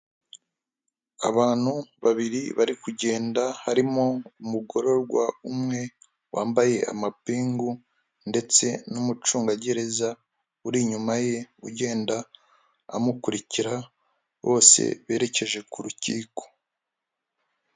Abantu babiri bari kugenda, harimo umugororwa umwe wambaye amapingu ndetse n'umucungagereza uri inyuma ye ugenda amukurikira, bose berekeje ku rukiko.